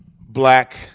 black